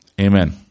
Amen